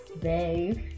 babe